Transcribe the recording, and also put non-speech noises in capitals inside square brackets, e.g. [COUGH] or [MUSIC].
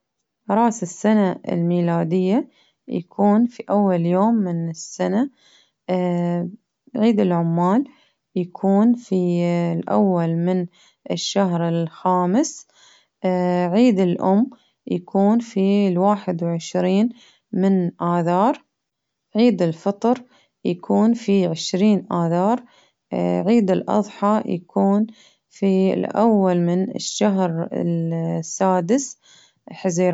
رأس السنة الميلادية يكون في أول يوم من السنة، اه عيد العمال يكون في [HESITATION] الأول من الشهر الخامس، [HESITATION] عيد الأم يكون في الواحد وعشرين من آذاك، عيد الفطر يكون في عشرين آذار، [HESITATION] عيد الأظحى يكون في الأول من الشهر السادس حزير